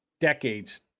decades